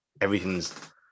everything's